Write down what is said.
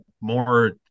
more